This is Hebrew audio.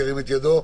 מי נגד?